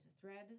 thread